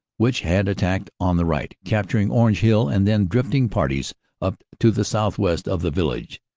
which had attacked on the right, captur ing orange hill and then drifting parties up to the southwest of the village.